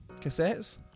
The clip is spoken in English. Cassettes